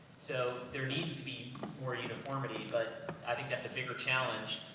so, there needs to be more uniformity, but i think that's a bigger challenge,